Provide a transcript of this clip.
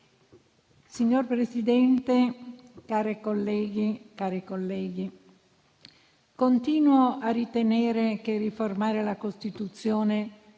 Signor Presidente, colleghe e colleghi, continuo a ritenere che riformare la Costituzione